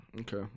Okay